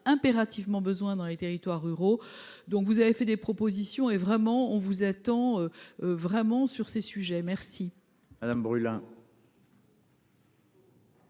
impérativement besoin dans les territoires ruraux. Donc vous avez fait des propositions et vraiment on vous attend. Vraiment sur ces sujets. Merci. Madame brûlant.